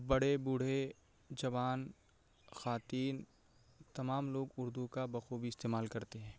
بڑے بوڑھے جوان خواتین تمام لوگ اردو کا بخوبی استعمال کرتے ہیں